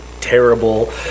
terrible